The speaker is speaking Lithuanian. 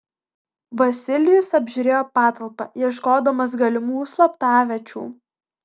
vasilijus apžiūrėjo patalpą ieškodamas galimų slaptaviečių